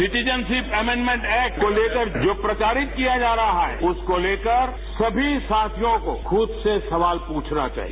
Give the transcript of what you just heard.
citizen ship amendment act को लेकर जो प्रचारित किया जा रहा है उसको लेकर समी साथियों को खुद से सवाल प्रछना चाहिए